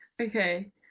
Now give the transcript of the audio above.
Okay